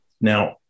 Now